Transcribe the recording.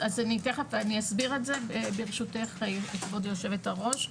אז אני אסביר את זה ברשותך כבוד היו"ר.